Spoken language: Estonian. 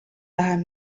läheb